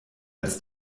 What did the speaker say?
als